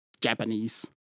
Japanese